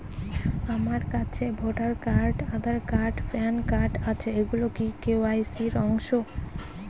আমার কাছে voter card Aadhaar card PAN card আছে এগুলো কি কে.ওয়াই.সি র অংশ?